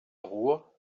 ruhr